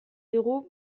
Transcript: digu